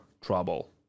trouble